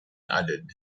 added